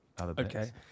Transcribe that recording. Okay